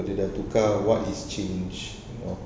kalau dia dah tukar what is changed you know